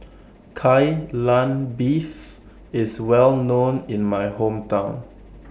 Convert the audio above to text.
Kai Lan Beef IS Well known in My Hometown